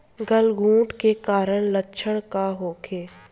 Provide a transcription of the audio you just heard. गलघोंटु के कारण लक्षण का होखे?